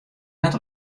net